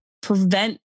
prevent